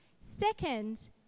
Second